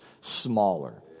smaller